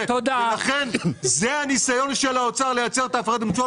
לכן זה הניסיון של האוצר לייצר את ההפרד ומשול